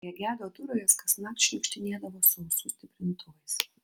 prie gedo durų jos kasnakt šniukštinėdavo su ausų stiprintuvais